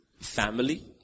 family